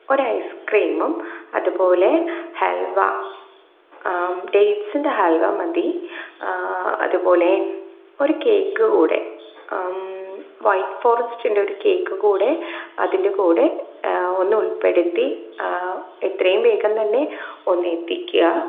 ഒരു ഐസ് ക്രീമും അതുപോലെ ഹല്വ ഡേട്ട്സിന്റെ ഹല്വ മതി ആ അതുപോലെ ഒരു കേക്ക് കൂടെ വൈറ്റ് ഫോറെസ്റ്റിന്റെ ഒരു കേക്ക് കൂടെ അതിന്റെ കൂടെ ഒന്നുള്പ്പെടുത്തി ആ എത്രയും വേഗം തന്നെ ഒന്നെത്തിക്കുക